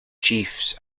chiefs